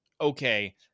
okay